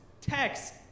text